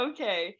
Okay